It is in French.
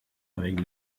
avec